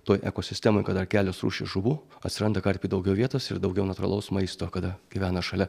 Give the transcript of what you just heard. toj ekosistemoj kada kelios rūšys žuvų atsiranda karpiui daugiau vietos ir daugiau natūralaus maisto kada gyvena šalia